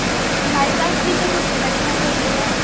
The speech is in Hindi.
हमारे पास भी तो कुछ बचना चहिए ना